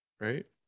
right